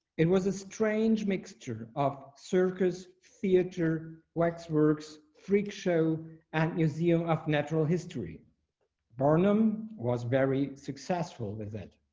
it was a strange mixture of circus theater waxworks freak show and museum of natural history burnham was very successful with that.